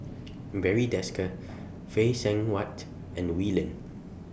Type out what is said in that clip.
Barry Desker Phay Seng Whatt and Wee Lin